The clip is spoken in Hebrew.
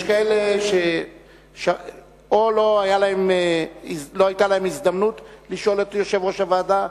יש כאלה שלא היתה להם הזדמנות לשאול את יושב-ראש הוועדה.